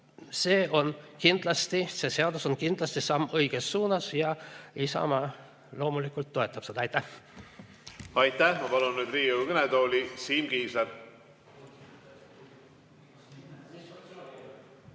see on kindlasti, see seadus on kindlasti samm õiges suunas. Isamaa loomulikult toetab seda. Aitäh! Aitäh! Ma palun nüüd Riigikogu kõnetooli Siim Kiisleri.